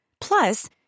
Plus